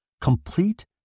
Complete